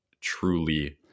truly